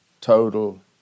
total